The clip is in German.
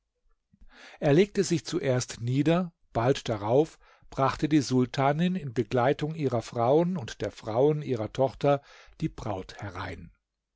er legte sich zuerst nieder bald darauf brachte die sultanin in begleitung ihrer frauen und der frauen ihrer tochter die braut herein